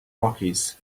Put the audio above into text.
rockies